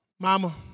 Mama